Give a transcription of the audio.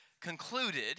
concluded